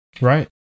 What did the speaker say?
Right